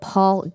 Paul